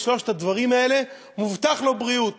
שלושת הדברים האלה מובטחת לו בריאות.